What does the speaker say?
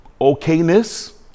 okayness